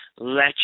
Let